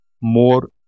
more